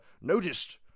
noticed